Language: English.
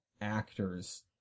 actors